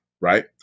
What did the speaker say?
right